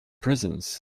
prisons